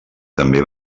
també